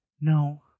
no